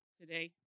today